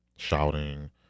shouting